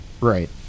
Right